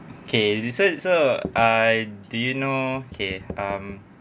okay listen so I do you know okay um